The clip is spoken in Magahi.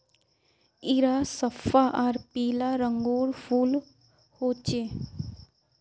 इरा सफ्फा आर पीला रंगेर फूल होचे